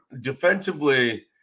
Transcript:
Defensively